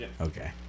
Okay